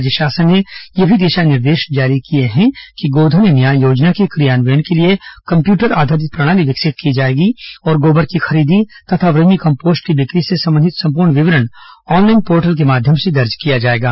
राज्य शासन ने यह भी दिशा निर्देश जारी किए हैं कि गोधन न्याय योजना के क्रियान्वयन के लिए कम्प्यूटर आधारित प्रणाली विकसित की जाएगी और गोबर की खरीदी तथा वर्मी कम्पोस्ट की बिक्री से संबंधित संपूर्ण विवरण ऑनलाइन पोर्टल के माध्यम से दर्ज किया जाएगा